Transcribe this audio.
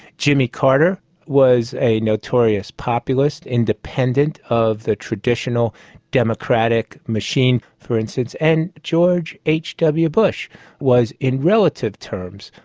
jimmy carter was a notorious populist, independent of the traditional democratic machine for instance, and george h. w. bush was in relative terms,